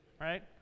right